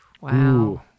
Wow